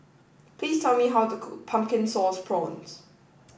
please tell me how to cook Pumpkin Sauce Prawns